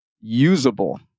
usable